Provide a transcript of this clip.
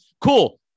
Cool